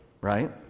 right